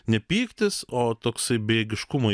ne pyktis o toksai bejėgiškumo